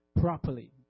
properly